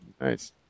Nice